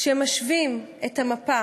כשמשווים את המפה,